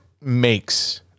makes